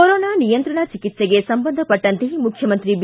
corona ನಿಯಂತ್ರಣ ಚಿಕಿತ್ಸೆಗೆ ಸಂಬಂಧಪಟ್ಟಂತೆ ಮುಖ್ಯಮಂತ್ರಿ ಬಿ